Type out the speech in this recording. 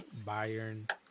Bayern